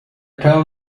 term